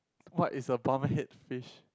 what is a palmer head fish